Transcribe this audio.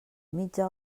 mitja